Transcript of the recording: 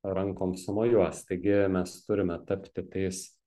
rankom sumojuos taigi mes turime tapti tais